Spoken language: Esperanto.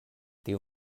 tiu